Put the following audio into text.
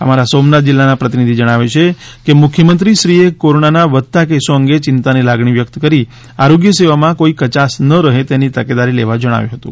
અમારા સોમનાથ જિલ્લાના પ્રતિનિધિ જણાવે છે કે મુખ્યમંત્રીશ્રીએ કોરોનાના વધતા કેસો અંગે ચિંતાની લાગણી વ્યક્ત કરી આરોગ્ય સેવામાં કોઇ કચાસ ન રહે તેની તકેદારી લેવા જણાવ્યું હતું